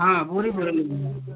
हाँ बोरी बोरी